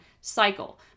cycle